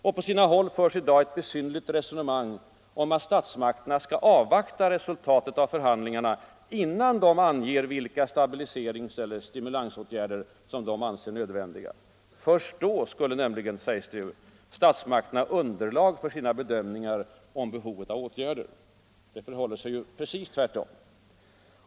Och på sina håll förs i dag ett besynnerligt resonemang om att statsmakterna skall avvakta resultatet av förhandlingarna, innan de anger vilka stabiliseringseller stimulansåtgärder som de anser nödvändiga. Först då skulle nämligen — sägs det — statsmakterna ha underlag för sina bedömningar om behovet av åtgärder. Det förhåller sig ju precis tvärtom.